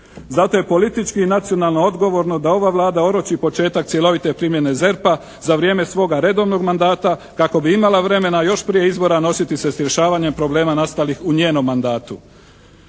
Zato je politički i nacionalno odgovorno da ova Vlada oroči početak cjelovite primjene ZERP-a za vrijeme svoga redovnog mandata kako bi imala vremena još prije izbora nositi se s rješavanjem problema nastalih u njenom mandatu.